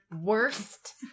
Worst